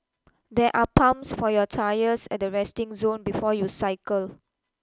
there are pumps for your tyres at the resting zone before you cycle